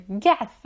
yes